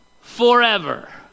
forever